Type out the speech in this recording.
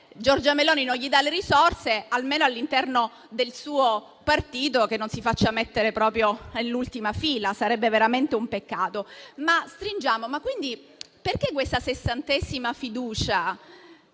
Giorgia Meloni non gli dà le risorse, almeno all'interno del suo partito non si faccia mettere proprio all'ultima fila, perché sarebbe veramente un peccato. Perché questa sessantesima fiducia?